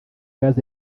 gaz